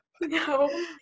No